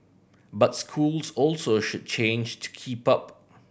but schools also should change to keep up